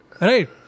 right